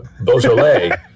Beaujolais